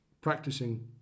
practicing